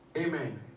Amen